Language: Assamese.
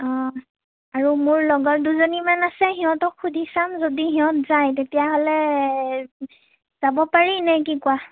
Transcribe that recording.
অ আৰু মোৰ লগৰ দুজনী মান আছে সিহঁতক সুধি চাম যদি সিহঁত যায় তেতিয়াহ'লে যাব পাৰি নে কি কোৱা